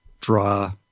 draw